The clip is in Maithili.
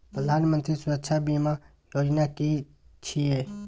प्रधानमंत्री सुरक्षा बीमा योजना कि छिए?